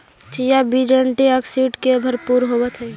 chia बीज antioxidant से भरपूर होवअ हई